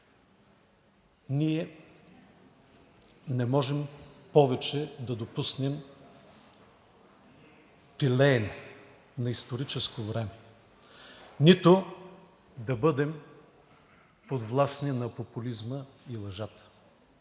Ние не можем да допуснем повече пилеене на историческо време, нито да бъдем подвластни на популизма и лъжата.